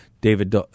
David